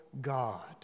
God